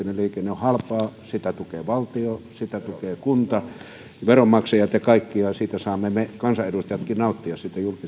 halpaa sitä tukee valtio sitä tukevat kunta ja veronmaksajat ja kaikki ja siitä julkisesta liikenteestä saamme me kansanedustajatkin nauttia